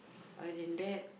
other than that